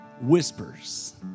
Whispers